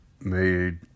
made